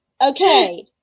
okay